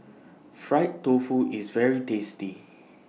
Fried Tofu IS very tasty